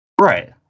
Right